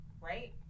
Right